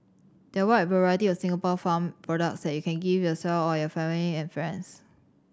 there are a wide variety of Singapore farm products that you can gift yourself or your family and friends